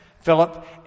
Philip